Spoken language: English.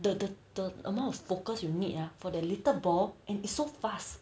the the the amount of focus you need ah for the little ball and it's so fast